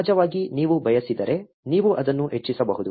ಸಹಜವಾಗಿ ನೀವು ಬಯಸಿದರೆ ನೀವು ಅದನ್ನು ಹೆಚ್ಚಿಸಬಹುದು